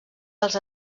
dels